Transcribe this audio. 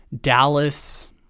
Dallas